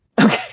Okay